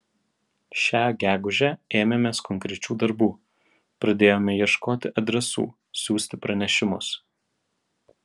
šią gegužę ėmėmės konkrečių darbų pradėjome ieškoti adresų siųsti pranešimus